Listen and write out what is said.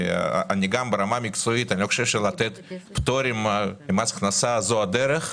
ברמה המקצועית אני לא חושב שלתת פטורים ממס הכנסה זו הדרך.